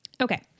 Okay